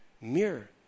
mirror